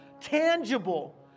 tangible